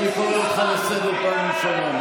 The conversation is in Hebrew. אני קורא אותך לסדר פעם ראשונה.